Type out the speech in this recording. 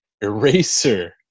Eraser